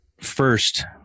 first